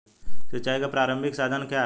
सिंचाई का प्रारंभिक साधन क्या है?